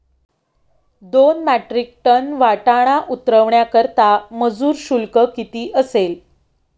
दोन metric ton वाटाणा उतरवण्याकरता मजूर शुल्क किती असेल?